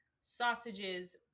sausages